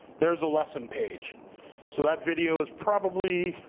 there's the lesson page so that video is probably